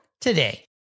today